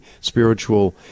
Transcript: spiritual